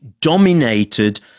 dominated